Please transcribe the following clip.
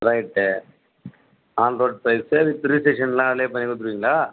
right Android price savings registration அதுலயே பண்ணி கொடுத்துடுவிங்களா